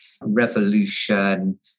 revolution